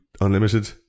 unlimited